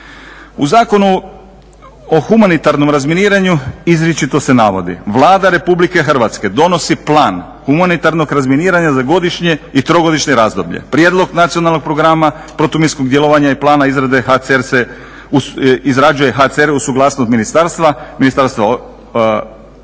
U Zakonu o humanitarnom razminiranju izričito se navodi: Vlada Republike Hrvatske donosi Plan humanitarnog razminiranja za godišnje i trogodišnje razdoblje, Prijedlog nacionalnog programa protuminskog djelovanja i plana izrađuje HCR uz suglasnost ministarstva,